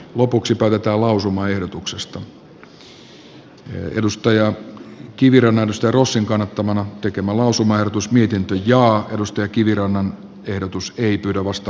lopuksi todeta esko kiviranta markku rossin kannattamana tekemän lausumaehdotus miten tuija edustaja kivirannan ehdotus ei pyydä vasta